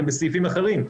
הן בסעיפים אחרים.